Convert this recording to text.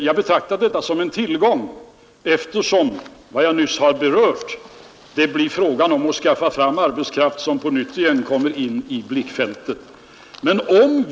Jag betraktar detta som en tillgång eftersom, som jag nyss har berört, frågan om att skaffa fram arbetskraft på nytt kommer att komma in i blickfältet.